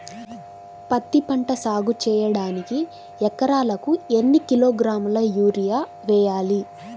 పత్తిపంట సాగు చేయడానికి ఎకరాలకు ఎన్ని కిలోగ్రాముల యూరియా వేయాలి?